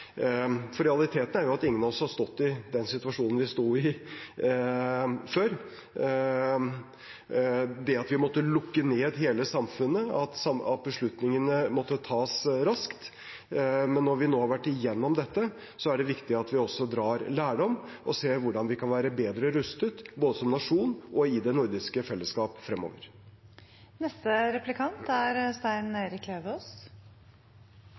For realiteten er jo at ingen av oss før har stått i den situasjonen vi sto i – det at vi måtte lukke ned hele samfunnet, og at beslutningene måtte tas raskt. Men når vi nå har vært gjennom dette, er det viktig at vi også drar lærdom og ser hvordan vi kan være bedre rustet, både som nasjon og i det nordiske fellesskap fremover. Jeg skal følge opp dette temaet litt videre. Det er